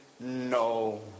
No